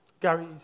Gary